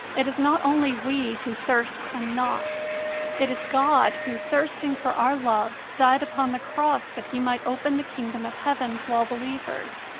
it is not only we who thirst and knock it is god who, thirsting for our love, died upon the cross that he might open the kingdom of heaven to all believers,